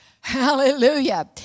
Hallelujah